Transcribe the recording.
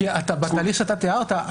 כי בתהליך שתיארת,